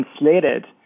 translated